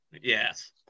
Yes